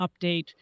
update